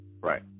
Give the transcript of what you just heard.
Right